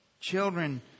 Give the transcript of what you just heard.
Children